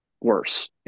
worse